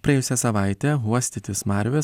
praėjusią savaitę uostyti smarvės